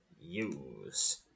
Use